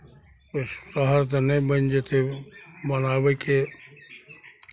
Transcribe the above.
ओ शहर तऽ नहि बनि जेतै ओ बनाबैके